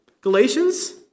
Galatians